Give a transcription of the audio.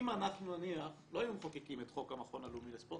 אם אנחנו נניח לא היינו מחוקקים את חוק המכון הלאומי לספורט,